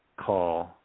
call